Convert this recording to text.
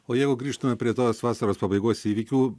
o jeigu grįžtume prie tos vasaros pabaigos įvykių